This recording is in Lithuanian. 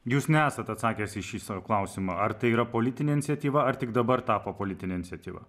jūs nesat atsakęs į šį sau klausimą ar tai yra politinė iniciatyva ar tik dabar tapo politinė iniciatyva